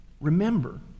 remember